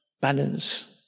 balance